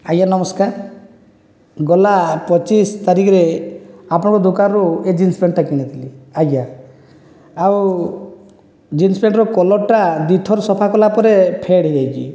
ଆଜ୍ଞା ନମସ୍କାର ଗଲା ପଚିଶ ତାରିଖରେ ଆପଣଙ୍କ ଦୋକାନରୁ ଏ ଜିନ୍ସ ପ୍ୟାଣ୍ଟଟା କିଣିଥିଲି ଆଜ୍ଞା ଆଉ ଜିନ୍ସ ପ୍ୟାଣ୍ଟର କଲରଟା ଦୁଇଥର ସଫାକଲା ପରେ ଫେଡ଼୍ ହୋଇଯାଇଛି